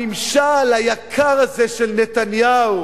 הממשל היקר הזה של נתניהו,